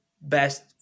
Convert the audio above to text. best